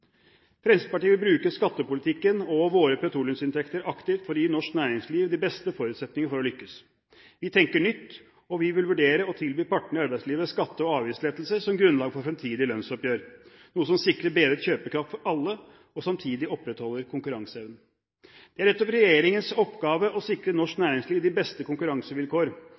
Fremskrittspartiet vil bruke skattepolitikken og våre petroleumsinntekter aktivt for å gi norsk næringsliv de beste forutsetninger for å lykkes. Vi tenker nytt, og vi vil vurdere å tilby partene i arbeidslivet skatte- og avgiftslettelser som grunnlag for fremtidige lønnsoppgjør, noe som sikrer bedret kjøpekraft for alle, og samtidig opprettholder konkurranseevnen. Det er nettopp regjeringens oppgave å sikre norsk næringsliv de beste konkurransevilkår,